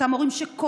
אותם הורים שקורסים,